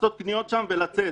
לעשות קניות שם ולצאת.